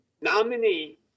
nominee